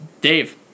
Dave